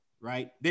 right